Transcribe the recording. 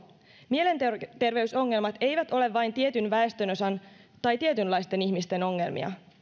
mielenterveysongelmat eivät ole vain tietyn väestönosan tai tietynlaisten ihmisten ongelmia